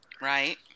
Right